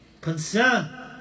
Concern